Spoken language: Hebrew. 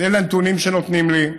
אלה הנתונים שנותנים לי.